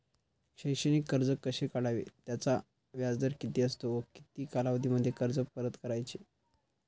शैक्षणिक कर्ज कसे काढावे? त्याचा व्याजदर किती असतो व किती कालावधीमध्ये कर्ज परत करायचे?